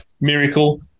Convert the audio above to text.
miracle